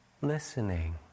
listening